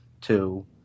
two